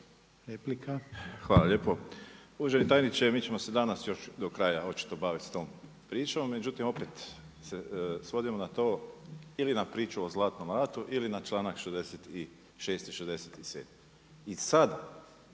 Hvala lijepo. Uvaženi tajniče, mi ćemo se danas još do kraja očito baviti sa tom pričom, međutim se svodimo na to ili na priču o Zlatnome ratu ili na članak 66., 67. I sad